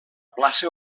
classe